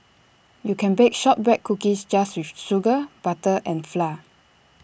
you can bake Shortbread Cookies just with sugar butter and flour